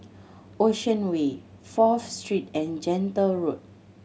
Ocean Way Fourth Street and Gentle Road